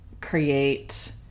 create